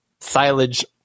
silage